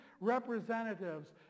representatives